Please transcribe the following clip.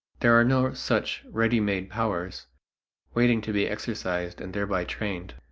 there are no such ready-made powers waiting to be exercised and thereby trained.